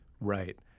Right